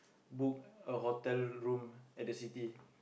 book a hotel room at the city